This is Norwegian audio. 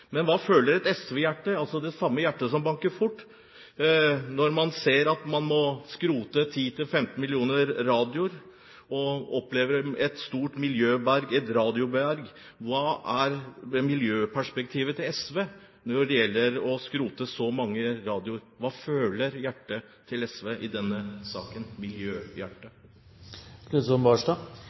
Men hva føler et SV-hjerte, altså det samme hjertet som banker fort, når man må skrote 10–15 millioner radioer og opplever et stort radioberg? Hva er miljøperspektivet til SV når det gjelder å skrote så mange radioer? Hva føler hjertet til SV i denne saken